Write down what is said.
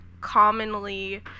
commonly